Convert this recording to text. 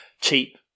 cheap